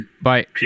Bye